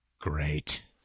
Great